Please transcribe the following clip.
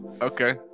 okay